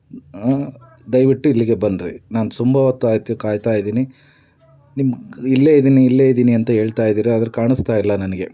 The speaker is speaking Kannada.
ದಯವಿಟ್ಟು ಇಲ್ಲಿಗೆ ಬನ್ನಿರಿ ನಾನು ತುಂಬ ಹೊತ್ತಾಯ್ತು ಕಾಯ್ತಾ ಇದ್ದೀನಿ ನಿಮ್ಗೆ ಇಲ್ಲೇ ಇದ್ದೀನಿ ಇಲ್ಲೇ ಇದ್ದೀನಿ ಅಂತ ಹೇಳ್ತಾ ಇದ್ದೀರ ಆದರೆ ಕಾಣಿಸ್ತಾ ಇಲ್ಲ ನನಗೆ